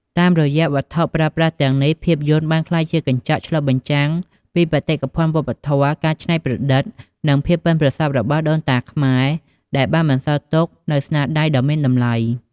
តាមរយៈវត្ថុប្រើប្រាស់ទាំងនេះ ភាពយន្តបានក្លាយជាកញ្ចក់ឆ្លុះបញ្ចាំងពីបេតិកភណ្ឌវប្បធម៌ ការច្នៃប្រឌិត និងភាពប៉ិនប្រសប់របស់ដូនតាខ្មែរ ដែលបានបន្សល់ទុកនូវស្នាដៃដ៏មានតម្លៃ។